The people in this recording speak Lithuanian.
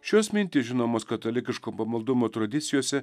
šios mintys žinomos katalikiško pamaldumo tradicijose